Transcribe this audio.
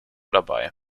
dabei